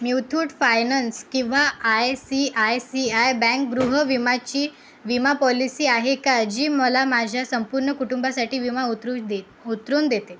Muthoot finance किंवा I C I C I bank गृह विमाची विमा पॉलिसी आहे का जी मला माझ्या संपूर्ण कुटुंबासाठी विमा उतरूज दे उतरवू देते